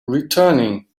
returning